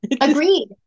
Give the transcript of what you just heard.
Agreed